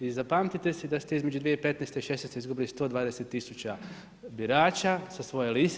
I zapamtite si da ste između 2015. i 2016. izgubili 120 tisuća birača sa svoje liste.